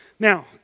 Now